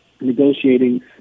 negotiating